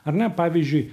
ar ne pavyzdžiui